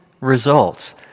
results